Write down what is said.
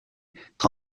trente